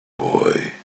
boy